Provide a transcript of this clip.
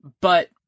but-